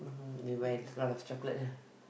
mmhmm they went with a lot of chocolate lah